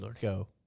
Go